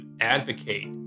advocate